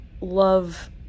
love